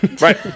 Right